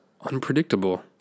unpredictable